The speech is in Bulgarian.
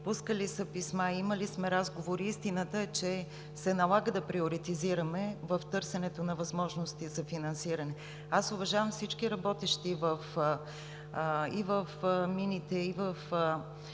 пускали са писма, имали сме разговори. Истината е, че се налага да приоритизираме в търсенето на възможности за финансиране. Аз уважавам всички работещи и в мините, и в